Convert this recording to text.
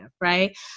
right